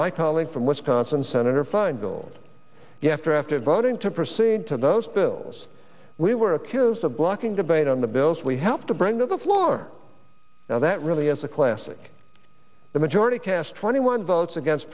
my colleague from wisconsin senator feingold the after after voting to proceed to those bills we were accused of blocking debate on the bills we helped to bring to the floor now that really is a classic the majority cast twenty one votes against